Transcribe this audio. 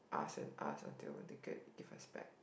ask and ask until they get it give us back